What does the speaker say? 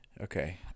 Okay